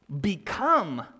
become